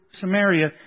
Samaria